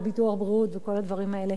לא ביטוח בריאות וכל הדברים האלה.